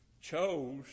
chose